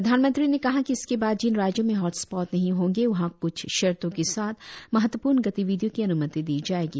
प्रधानमंत्री ने कहा कि इसके बाद जिन राज्यों में हॉट स्पॉट नहीं होंगे वहां क्छ शर्तों के साथ महत्वपूर्ण गतिविधियों की अन्मति दी जायेगी